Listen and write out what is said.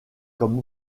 comme